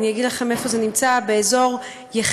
אגיד לכם איפה זה נמצא: באזור יחיעם,